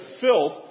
filth